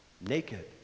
naked